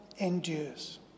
endures